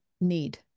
need